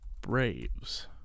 Braves